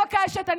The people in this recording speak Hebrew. אני מבקשת,